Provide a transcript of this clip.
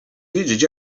wiedzieć